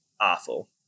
Awful